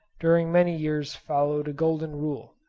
during many years followed a golden rule,